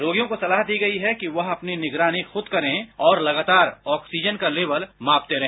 रोगियों को सलाह दीगई है वह अपनी निगरानी खुद करें और लगातार ऑक्सीजन का लेवल मापते रहे